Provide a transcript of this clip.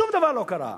שום דבר לא קרה.